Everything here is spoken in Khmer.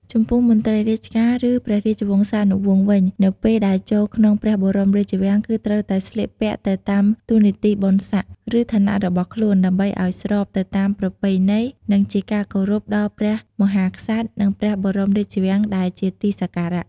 ចំពោះមន្រ្តីរាជការ ឬព្រះរាជវង្សានុវង្សវិញ នៅពេលដែលចូលក្នុងព្រះបរមរាជវាំងគឺត្រូវតែ ស្លៀកពាក់ទៅតាមតួនាទីបុណ្យស័ក្ដិ ឬឋានៈរបស់ខ្លួន ដើម្បីឲ្យស្របទៅតាមប្រពៃណីនិងជាការគោរពដល់ព្រះមហាក្សត្រនិងព្រះបរមរាជវាំងដែលជាទីសក្ការៈ។